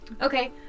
Okay